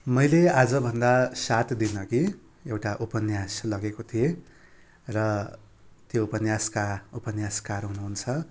मैले आजभन्दा सात दिनअघि एउटा उपन्यास लगेको थिएँ र त्यो उपन्यासका उपन्यासकार हुनुहुन्छ